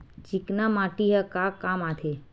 चिकना माटी ह का काम आथे?